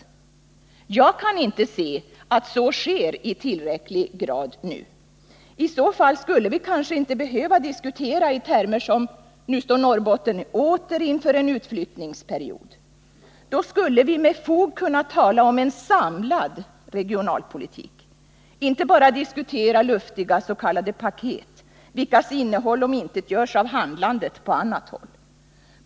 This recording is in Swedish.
Jag kan inte se att så sker i tillräcklig grad nu. I så fall skulle vi kanske inte behöva diskutera i termer som: Nu står Norrbotten åter inför en utflyttningsperiod. Då skulle vi med fog kunna tala om en samlad regionalpolitik — inte bara diskutera luftiga s.k. paket, vilkas innehåll omintetgörs av handlandet på annat håll.